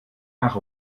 nach